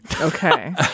Okay